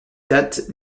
date